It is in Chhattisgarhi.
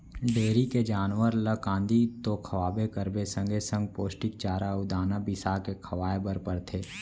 डेयरी के जानवर ल कांदी तो खवाबे करबे संगे संग पोस्टिक चारा अउ दाना बिसाके खवाए बर परथे